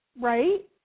right